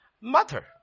mother